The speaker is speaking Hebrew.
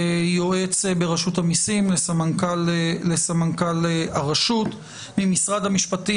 יועץ ברשות המסים לסמנכ"ל הרשות, ממשרד המשפטים